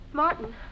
Martin